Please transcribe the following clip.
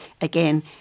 again